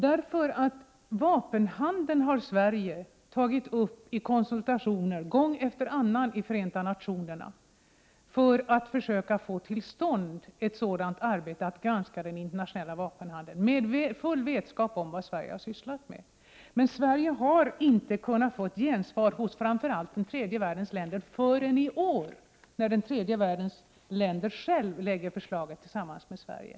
Frågan om vapenhandeln har Sverige gång efter annan tagit uppi FN i form av konsultationer. Vi har försökt få till stånd ett arbete med att granska den internationella vapenhandeln, fullt medvetna om vad Sverige har sysslat med. Sverige har dock inte kunnat få gehör för sina synpunkter från framför allt tredje världens länder förrän i år, när de själva lägger fram samma förslag tillsammans med Sverige.